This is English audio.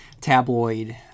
tabloid